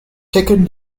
taken